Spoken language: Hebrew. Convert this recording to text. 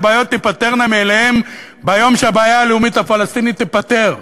והבעיות תיפתרנה מאליהן ביום שהבעיה הלאומית הפלסטינית תיפתר.